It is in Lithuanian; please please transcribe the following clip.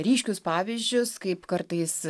ryškius pavyzdžius kaip kartais